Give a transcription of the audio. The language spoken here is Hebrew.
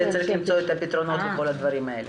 צריך למצוא את הפתרונות לכל הדברים האלה.